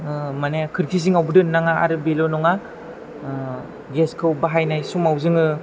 माने खिरखि जिङावबो दोन्नाने नाङा आरो बेल' नङा गेसखौ बाहायनाय समाव जोङो